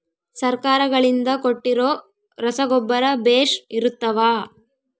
ಸರ್ಕಾರಗಳಿಂದ ಕೊಟ್ಟಿರೊ ರಸಗೊಬ್ಬರ ಬೇಷ್ ಇರುತ್ತವಾ?